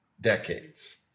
Decades